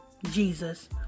Jesus